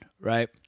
right